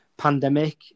pandemic